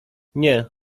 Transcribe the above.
nie